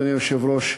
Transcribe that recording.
אדוני היושב-ראש,